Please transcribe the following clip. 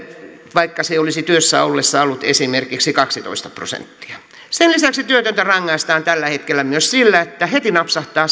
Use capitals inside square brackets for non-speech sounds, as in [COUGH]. vaikka se olisi työssä ollessa ollut esimerkiksi kaksitoista prosenttia sen lisäksi työtöntä rangaistaan tällä hetkellä myös sillä että heti napsahtaa [UNINTELLIGIBLE]